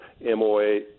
MOA